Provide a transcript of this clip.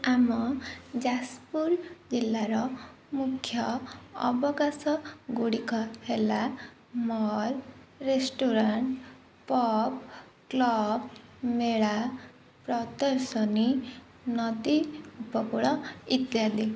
ଆମ ଯାଜପୁର ଜିଲ୍ଲାର ମୁଖ୍ୟ ଅବକାଶ ଗୁଡ଼ିକ ହେଲା ମଲ୍ ରେଷ୍ଟୁରାଣ୍ଟ ପବ୍ କ୍ଲବ ମେଳା ପ୍ରଦର୍ଶନୀ ନଦୀ ଉପକୂଳ ଇତ୍ୟାଦି